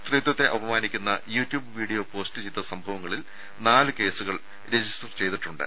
സ്ത്രീത്വത്തെ അപമാനിക്കുന്ന YouTube video post ചെയ്ത സംഭവങ്ങളിൽ നാല് കേസുകൾ രജിസ്റ്റർ ചെയ്തിട്ടുണ്ട്